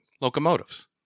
locomotives